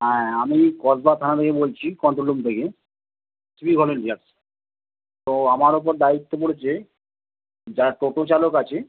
হ্যাঁ আমি কসবা থানা থেকে বলছি কন্ট্রোল রুম থেকে সিভিক ভলেন্টিয়ারস তো আমার ওপর দায়িত্ব পড়েছে যারা টোটো চালক আছে